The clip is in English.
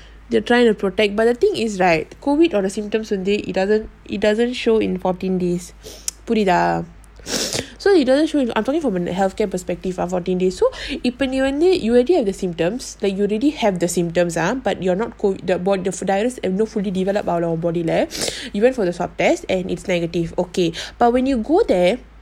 they're trying to protect but the thing is right COVID or the symptoms today it doesn't it doesn't show in fourteen days புரியுதா:puriutha so it doesn't show I'm talking from an healthcare perspective ah fourteen day so if you if you already have the symptoms like you already have the symptoms ah but you're not ~CO இப்பநீவந்து:ipa nee vandhu you went for the swab test and its negative okay but when you go there